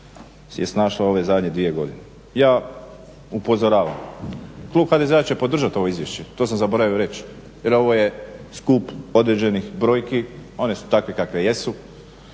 je snašlo ove zadnje dvije godine. Ja upozoravam, klub HDZ-a će podržati ovo izvješće, to sam zaboravio reći jer ovo je skup određenih brojki, one su takve kakve jesu